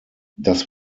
das